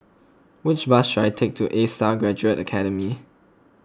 which bus should I take to A Star Gaduate Academy